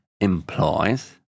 implies